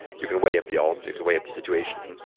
you can weigh up the odds, you can weigh up the situation.